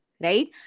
right